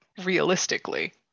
Realistically